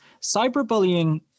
cyberbullying